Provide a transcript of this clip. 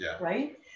right